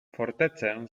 fortecę